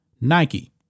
Nike